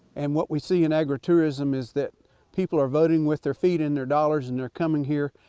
and what we see in agritourism is that people are voting with their feet and their dollars and they're coming here.